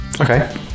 okay